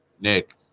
Nick